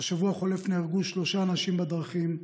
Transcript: בשבוע החולף נהרגו שלושה אנשים בדרכים,